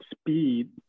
speed